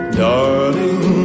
darling